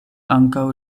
ankaŭ